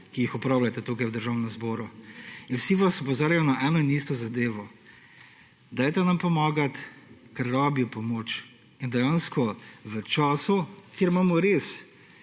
ki jih opravljate tukaj v Državnem zboru. Vsi vas opozarjajo na eno in isto zadevo, dajte nam pomagati, ker rabijo pomoč, v času, ko imamo